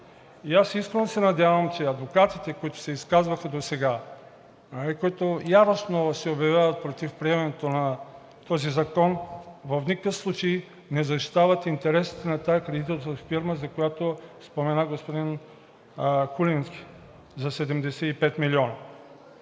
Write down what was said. Аз искрено се надявам, че адвокатите, които досега се изказваха, които яростно се обявяват против приемането на този закон, в никакъв случай не защитават интересите на тази кредиторна фирма, за която спомена господин Куленски, за 75 милиона.